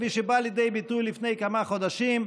כפי שזה בא לידי ביטוי לפני כמה חודשים,